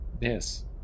Yes